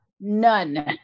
none